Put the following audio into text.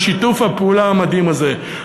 בשיתוף הפעולה המדהים הזה.